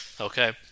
Okay